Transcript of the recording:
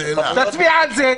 תצביע על זה.